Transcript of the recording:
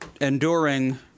enduring